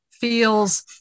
feels